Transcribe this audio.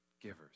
givers